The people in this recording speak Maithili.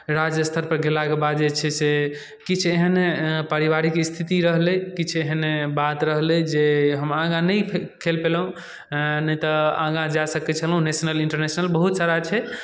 राज्य स्तरपर गेलाके बाद जे छै से किछु एहन पारिवारिक स्थिति रहलै किछु एहन बात रहलै जे हम आगाँ नहि खेल पयलहुँ नहि तऽ आगाँ जा सकै छलहुँ नेशनल इंटरनेशनल बहुत सारा छै